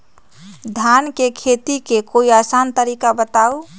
धान के खेती के कोई आसान तरिका बताउ?